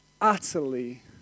utterly